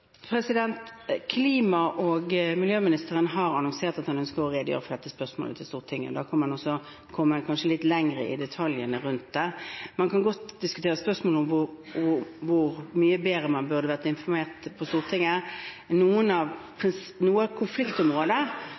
Klima- og miljøministeren har annonsert at han ønsker å redegjøre for dette spørsmålet overfor Stortinget. Da kan man kanskje komme litt lenger i detaljene rundt det. Man kan godt diskutere spørsmålet om hvor mye bedre man burde vært informert på Stortinget. Noe av